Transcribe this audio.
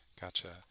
Gotcha